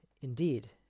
indeed